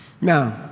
Now